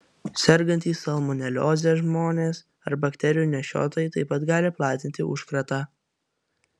sergantys salmonelioze žmonės ar bakterijų nešiotojai taip pat gali platinti užkratą